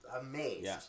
amazed